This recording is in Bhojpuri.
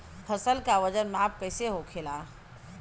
फसल का वजन माप कैसे होखेला?